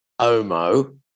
Omo